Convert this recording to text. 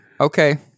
Okay